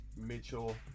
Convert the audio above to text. Mitchell